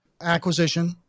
acquisition